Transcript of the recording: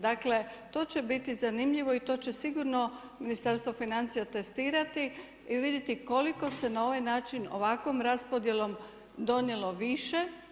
Dakle, to će biti zanimljivo i to će sigurno Ministarstvo financija testirati i vidjeti koliko se na ovaj način ovakvom raspodjelom donijelo više.